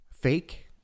fake